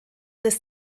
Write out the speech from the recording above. des